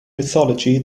mythology